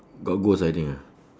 got ghost I think ah